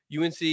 UNC